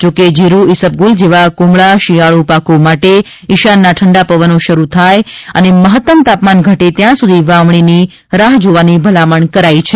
જો કે જીરુ ઇસબગુલ જેવા કુમળા શિયાળો પાકો માટે ઇશાનના ઠંડા પવનો શરુ થાય અ મહત્તમ તાપમાન ઘટે ત્યાં સુધી વાવણીની રાહ્ર જોવાની ભલામણ કરાઇ છે